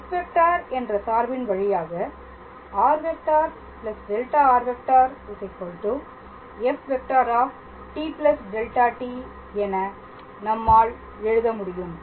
f⃗ என்ற சார்பின் வழியாக r⃗δr⃗ f⃗t δt என நம்மால் எழுத முடியும்